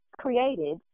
created